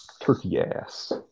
Turkey-ass